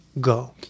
Go